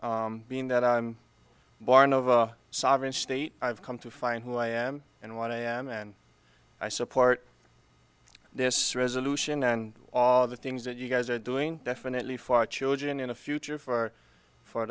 i being that i'm barn of a sovereign state i've come to find who i am and what i am and i support this resolution and all the things that you guys are doing definitely for our children in a future for for